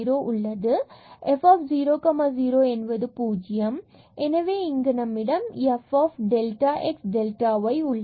எனவே f 0 0 என்பது 0 இங்கு f delta x delta y உள்ளது